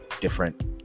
different